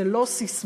זה לא ססמאות,